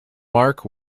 mark